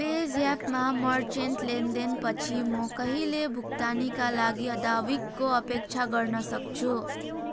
पेज्यापमा मर्चेन्ट लेनदेनपछि म कहिले भुक्तानीका लागि अदाविकको अपेक्षा गर्न सक्छु